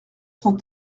cent